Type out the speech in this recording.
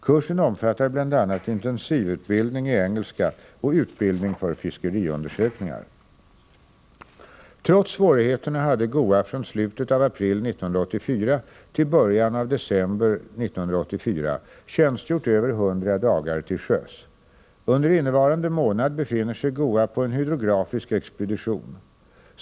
Kursen omfattar bl.a. intensivutbildning i engelska och utbildning för fiskeriundersökningar. Trots svårigheterna hade GOA från slutet av april 1984 till början av december 1984 tjänstgjort över 100 dagar till sjöss. Under innevarande månad befinner sig GOA på en hydrografisk expedition.